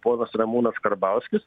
ponas ramūnas karbauskis